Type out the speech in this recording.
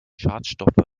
schadstoffe